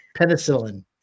penicillin